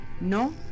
No